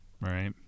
Right